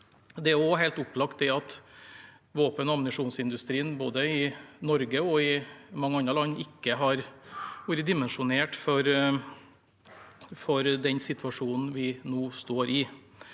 Det er også helt opplagt at våpen- og ammunisjonsindustrien, både i Norge og i mange andre land, ikke har vært dimensjonert for den situasjonen vi nå står i.